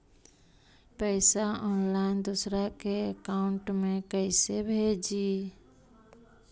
पैसा ऑनलाइन दूसरा के अकाउंट में कैसे भेजी?